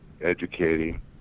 educating